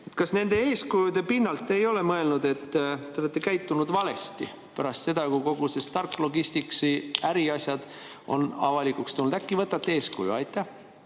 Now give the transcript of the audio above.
Kas nende eeskujude pinnalt ei ole te mõelnud, et te olete käitunud valesti pärast seda, kui Stark Logisticsi äriasjad on avalikuks tulnud? Äkki võtate eeskuju? Aitäh,